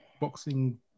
boxing